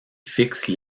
fixent